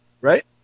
right